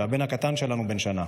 והבן הקטן שלנו בן שנה.